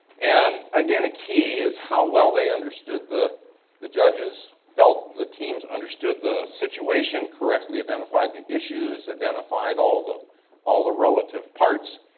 and again, a key is how well they understood the the judges felt the teams understood the situation correctly, identify the issues, identify and all all the relative parts.